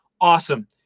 Awesome